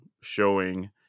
showing